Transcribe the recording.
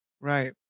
Right